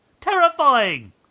Terrifying